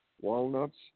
walnuts